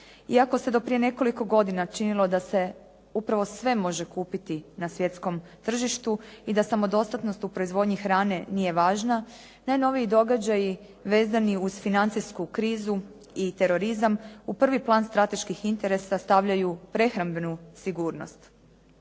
Iako se prije nekoliko godina činilo da se upravo sve može kupiti na svjetskom tržištu i da samodostatnost u proizvodnji hrane nije važna, najnoviji događaji vezani uz financijsku krizu i terorizam u prvi plan strateških interesa stavljaju prehrambenu sigurnost.